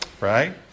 right